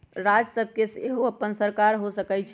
राज्य सभ के सेहो अप्पन सरकार हो सकइ छइ